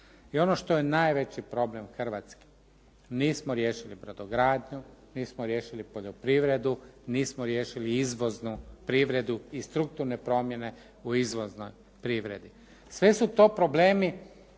I ono što je najveći problem hrvatski nismo riješili brodogradnji, nismo riješili poljoprivredu, nismo riješili izvoznu privredu i strukturne promjene u izvoznoj privredi. Sve su to problemi